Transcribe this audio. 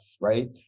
right